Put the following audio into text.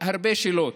הרבה שאלות,